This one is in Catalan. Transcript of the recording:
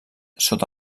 sota